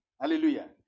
Hallelujah